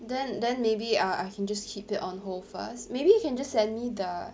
then then maybe uh I can just keep it on hold first maybe you can just send me the